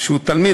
שהוא תלמיד,